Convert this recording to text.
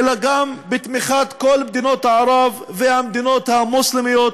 היא גם בתמיכת כל מדינות ערב והמדינות המוסלמיות,